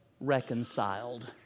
Reconciled